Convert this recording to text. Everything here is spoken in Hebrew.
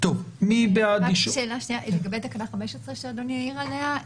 רק שאלה לגבי תקנה 15 שאדוני העיר עליה,